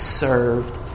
served